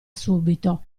subito